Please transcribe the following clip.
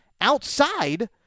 outside